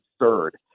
absurd